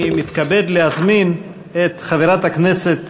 אני מתכבד להזמין את חברת הכנסת